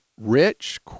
rich